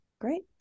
Great